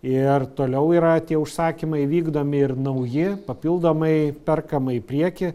ir toliau yra tie užsakymai vykdomi ir nauji papildomai perkama į priekį